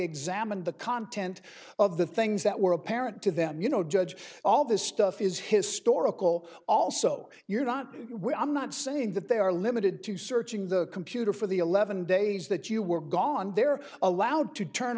examined the content of the things that were apparent to them you know judge all this stuff is historical also you're not where i'm not saying that they are limited to searching the computer for the eleven days that you were gone they're allowed to turn